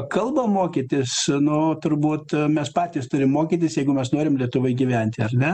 kalbą mokytis nu turbūt mes patys turim mokytis jeigu mes norim lietuvoj gyventi ar ne